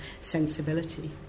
sensibility